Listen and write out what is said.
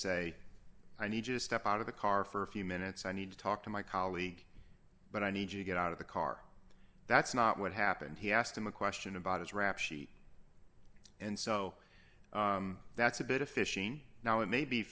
say i need to step out of the car for a few minutes i need to talk to my colleague but i need to get out of the car that's not what happened he asked him a question about his rap sheet and so that's a bit of fishing now and maybe